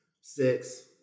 Six